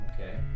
Okay